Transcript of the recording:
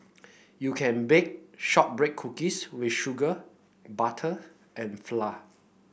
you can bake shortbread cookies with sugar butter and flour